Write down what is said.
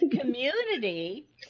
community